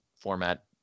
format